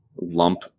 lump